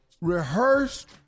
rehearsed